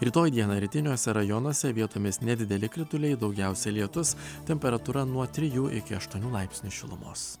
rytoj dieną rytiniuose rajonuose vietomis nedideli krituliai daugiausiai lietus temperatūra nuo trijų iki aštuonių laipsnių šilumos